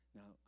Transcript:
Now